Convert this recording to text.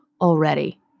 already